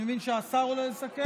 אני מבין שהשר עולה לסכם.